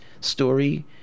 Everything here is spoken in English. story